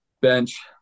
bench